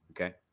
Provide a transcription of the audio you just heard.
Okay